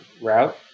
route